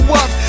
up